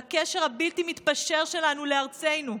לקשר הבלתי-מתפשר שלנו לארצנו,